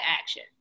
action